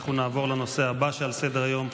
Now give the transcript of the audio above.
אנחנו נעבור לנושא הבא על סדר-היום,